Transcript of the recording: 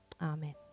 Amen